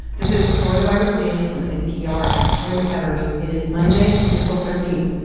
this is coronavirus daily from npr. i'm kelly mcevers. it is monday, april thirteen